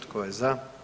Tko je za?